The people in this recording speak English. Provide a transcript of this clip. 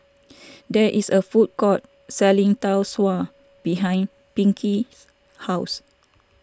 there is a food court selling Tau Suan behind Pinkie's house